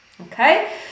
okay